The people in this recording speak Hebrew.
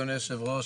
אדוני היושב-ראש,